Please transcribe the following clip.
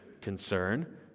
concern